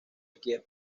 kiev